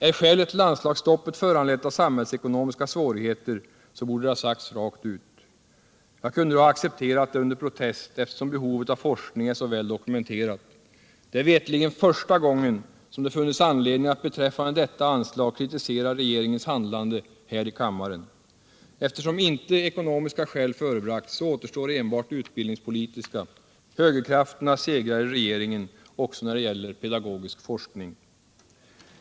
Är skälet till anslagsstoppet föranlett av samhällsekonomiska svårigheter, så borde det ha sagts rakt ut. Jag kunde då under protest ha accepterat det, eftersom behovet av forskning är så väl dokumenterat. Det är f.ö. mig veterligen första gången som det funnits anledning att kritisera regeringens handlande här i kammaren beträffande detta anslag. Eftersom inte ekonomiska skäl förebragts, återstår enbart utbildningspolitiska — högerkrafterna segrar tydligen i regeringen också när det gäller pedagogisk forskning.